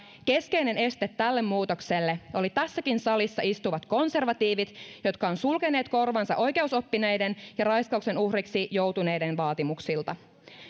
keskeinen este tälle muutokselle olivat tässäkin salissa istuvat konservatiivit jotka ovat sulkeneet korvansa oikeusoppineiden ja raiskauksen uhriksi joutuneiden vaatimuksilta